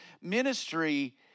ministry